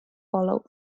follow